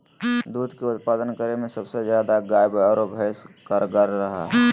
दूध के उत्पादन करे में सबसे ज्यादा गाय आरो भैंस कारगार रहा हइ